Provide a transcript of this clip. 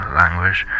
language